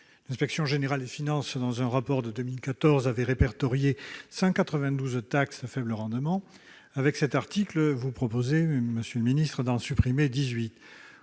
L'Inspection générale des finances, dans un rapport de 2014, avait répertorié 192 taxes à faible rendement. Dans cet article, vous proposez, monsieur le secrétaire d'État, d'en supprimer 18.